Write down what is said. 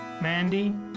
Mandy